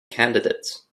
candidates